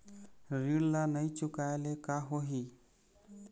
ऋण ला नई चुकाए ले का होही?